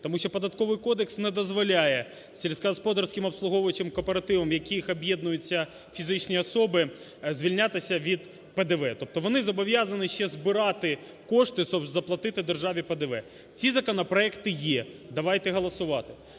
тому що Податковий кодекс не дозволяє сільськогосподарським обслуговуючим кооперативам, в яких об'єднуються фізичні особи, звільнятися від ПДВ. Тобто вони зобов'язані ще збирати кошти, щоб заплатити державі ПДВ. Ці законопроекти є. Давайте голосувати.